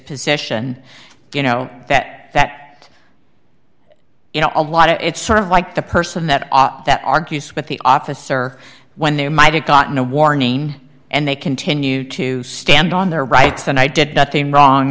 position you know that you know a lot of it sort of like the person that that argues with the officer when they might have gotten a warning and they continue to stand on their rights and i did nothing wrong